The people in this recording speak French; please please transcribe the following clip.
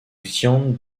xian